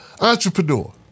entrepreneur